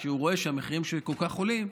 כי הוא רואה שהמחירים כל כך עולים,